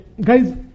guys